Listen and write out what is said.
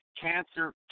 Cancer